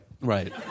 Right